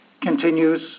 continues